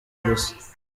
gusa